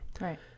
right